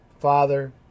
father